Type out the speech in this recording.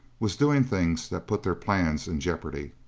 was doing things that put their plans in jeopardy.